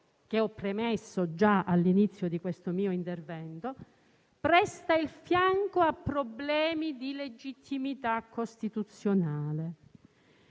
che ho premesso all'inizio di questo mio intervento, presta il fianco a problemi di legittimità costituzionale,